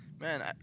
Man